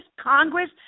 Congress